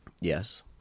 yes